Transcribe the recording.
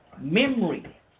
memory